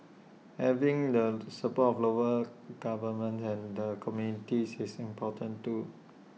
having the support of local governments and the communities is important too